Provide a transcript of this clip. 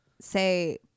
say